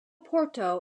porto